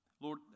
Lord